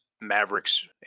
Mavericks